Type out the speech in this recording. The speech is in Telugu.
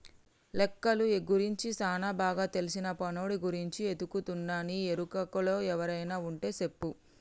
లెక్కలు గురించి సానా బాగా తెల్సిన పనోడి గురించి ఎతుకుతున్నా నీ ఎరుకలో ఎవరైనా వుంటే సెప్పు